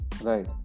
Right